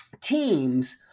teams